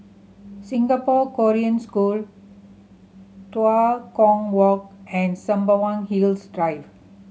Singapore Korean School Tua Kong Walk and Sembawang Hills Drive